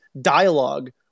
Dialogue